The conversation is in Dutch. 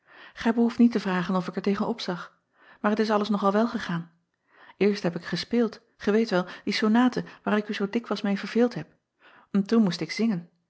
ij behoeft niet te vragen of ik er tegen opzag aar t is alles nog al wel gegaan erst heb ik gespeeld gij weet wel die sonate waar ik u zoo dikwijls meê verveeld heb en toen moest ik zingen